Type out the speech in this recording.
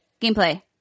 Gameplay